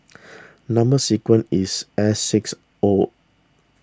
Number Sequence is S six O